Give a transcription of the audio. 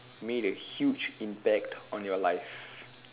made a huge impact on your life